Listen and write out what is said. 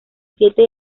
siete